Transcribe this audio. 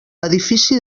edifici